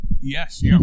Yes